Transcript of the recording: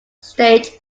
stage